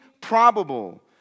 probable